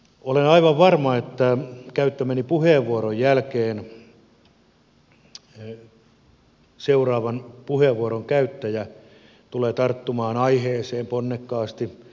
olen aivan varma että käyttämäni puheenvuoron jälkeen seuraavan puheenvuoron käyttäjä tulee tarttumaan aiheeseen ponnekkaasti